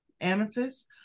Amethyst